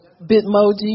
Bitmoji